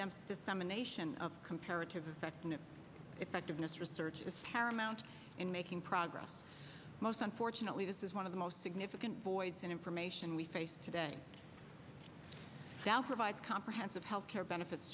demp dissemination of comparative effectiveness effectiveness research is paramount in making progress most unfortunately this is one of the most significant voids in information we face today south revive comprehensive health care benefits